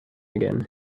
again